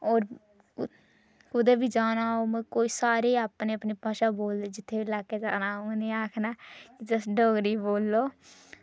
और कुतै बी जाना कोई सारे अपनी अपनी भाशा बोलदे जित्थै इलाके जाना उनें आखना के तुस डोगरी बोल्लो